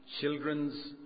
children's